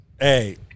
Hey